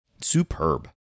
Superb